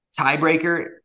tiebreaker